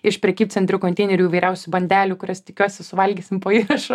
iš prekybcentrių konteinerių įvairiausių bandelių kurias tikiuosi suvalgysim po įrašo